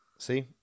see